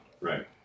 Right